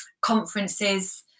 conferences